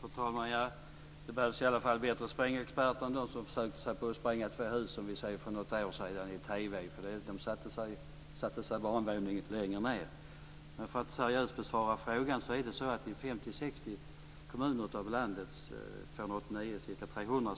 Fru talman! Det behövs i alla fall bättre sprängexperter än de som försökte spränga ett hus för något år sedan i TV. Där satte det sig bara längre ned. Men för att seriöst besvara frågan är det så att i 50-60 kommuner av landets ca 300